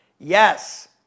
yes